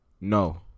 No